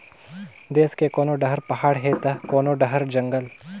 देस के कोनो डहर पहाड़ हे त कोनो डहर जंगल